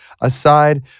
aside